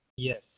yes